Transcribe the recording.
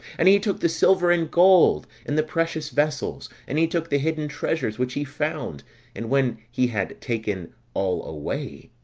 and he took the silver and gold, and the precious vessels and he took the hidden treasures, which he found and when he had taken all away,